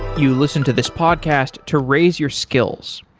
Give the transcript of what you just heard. you listen to this podcast to raise your skills.